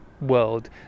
world